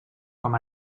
com